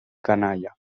canalla